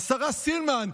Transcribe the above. השרה סילמן?